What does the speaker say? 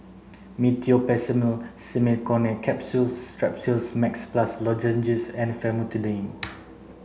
Meteospasmyl Simeticone Capsules Strepsils Max Plus Lozenges and Famotidine